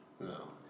No